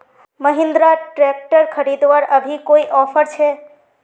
Mahindra tractor खरीदवार अभी कोई ऑफर छे?